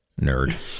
Nerd